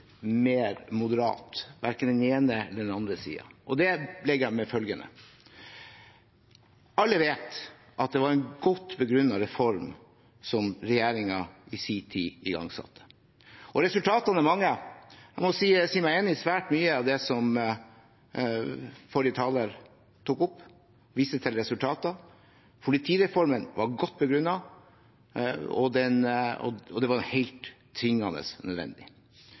moderat – verken på den ene eller den andre siden – og det belegger jeg med følgende: Alle vet at det var en godt begrunnet reform som regjeringen i sin tid igangsatte. Resultatene er mange, og jeg må si meg enig i svært mye av det som forrige taler tok opp da han viste til resultater. Politireformen var godt begrunnet, og den var tvingende nødvendig. Men så er det